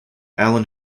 alan